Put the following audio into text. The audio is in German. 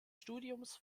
studiums